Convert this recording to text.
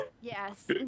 Yes